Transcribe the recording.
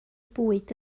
bwyd